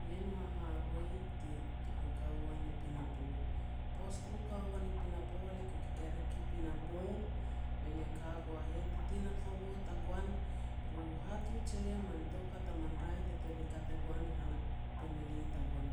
Ien u haharoi te tuku ka uan i pinapo. Poaj tuku ka uan i pinapo, le ku rekerek i pinapo, be lia ka gua heh. Titi tagoan na kaua tagoan ru hatuj elia man toukat a man raeh, te tuan kat e guan han a family tagoan.